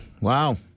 Wow